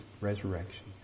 resurrection